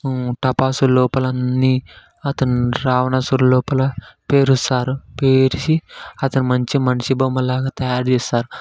టపాసులు లోపలన్నీ అతను రావణాసురుడు లోపల పేరుస్తారు పేర్చి అతన్ని మంచిగ మనిషి బొమ్మలాగ తయారు చేస్తారు